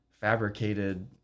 fabricated